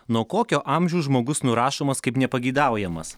nuo kokio amžiaus žmogus nurašomas kaip nepageidaujamas